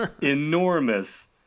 enormous